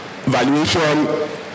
valuation